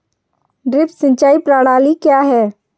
Drip सिंचाई प्रणाली क्या है?